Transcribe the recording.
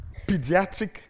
pediatric